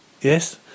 Yes